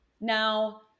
Now